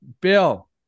Bill